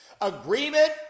Agreement